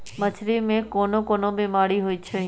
मछरी मे कोन कोन बीमारी होई छई